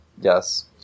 Yes